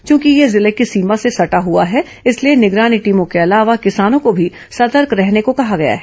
चूंकि यह जिले की सीमा से सटा हुआ है इसलिए निगरानी टीमों के अलावा किसानों को भी सतर्क रहने को कहा गया है